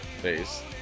face